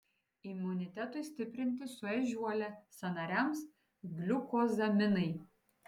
imunitetui stiprinti su ežiuole sąnariams gliukozaminai